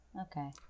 okay